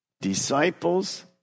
disciples